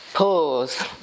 Pause